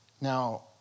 Now